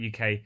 UK